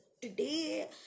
today